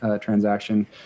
transaction